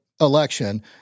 election